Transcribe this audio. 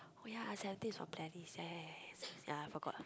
oh ya Seventeen is from Pledis eh ya I forgot